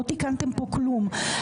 לא תיקנתם פה כלום.